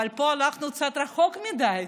אבל פה הלכנו קצת רחוק מדי.